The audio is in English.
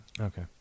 Okay